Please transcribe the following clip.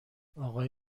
آقای